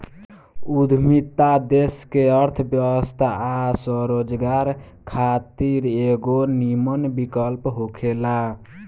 उद्यमिता देश के अर्थव्यवस्था आ स्वरोजगार खातिर एगो निमन विकल्प होखेला